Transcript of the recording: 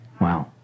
Wow